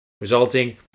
resulting